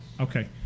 Okay